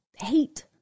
hate